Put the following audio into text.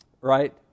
right